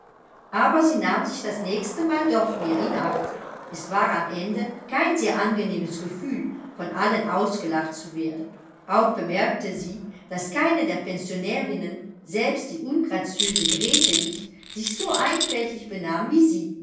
aber sie nahm sich das nächste mal doch mehr in acht es war am ende kein sehr angenehmes gefühl von allen ausgelacht zu werden auch bemerkte sie daß keine der pensionärinnen selbst die ungraziöse grete nicht sich so einfältig benahm wie sie